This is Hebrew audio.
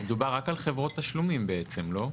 מדובר רק על חברות תשלומים בעצם, לא?